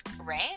Right